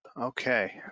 Okay